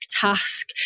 task